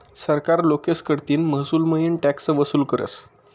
सरकार लोकेस कडतीन महसूलमईन टॅक्स वसूल करस